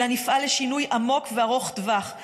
אלא נפעל לשינוי עמוק וארוך טווח.